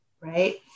right